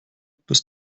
bis